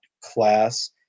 class